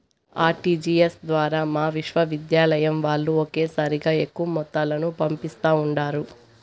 RTGS ద్వారా మా విశ్వవిద్యాలయం వాల్లు ఒకేసారిగా ఎక్కువ మొత్తాలను పంపిస్తా ఉండారు